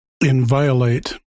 Inviolate